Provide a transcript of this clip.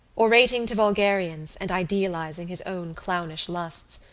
orating to vulgarians and idealising his own clownish lusts,